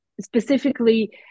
specifically